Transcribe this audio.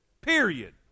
Period